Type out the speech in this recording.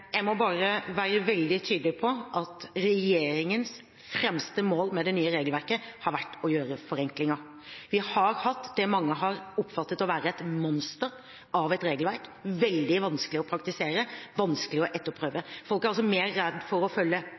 Jeg må bare være veldig tydelig på at regjeringens fremste mål med det nye regelverket har vært å gjøre forenklinger. Vi har hatt det mange har oppfattet å være et monster av et regelverk, veldig vanskelig å praktisere og vanskelig å etterprøve. Folk er altså mer redde for å følge